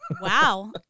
Wow